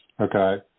okay